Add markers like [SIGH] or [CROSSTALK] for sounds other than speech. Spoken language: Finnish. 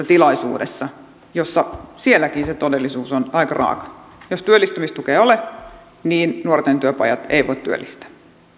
[UNINTELLIGIBLE] tilaisuudessa ja sielläkin se todellisuus on aika raaka jos työllistymistukea ei ole nuorten työpajat eivät voi työllistää